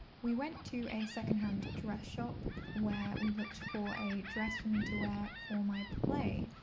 we went to a secondhand dress shop where we looked for a dress for me to wear for my play,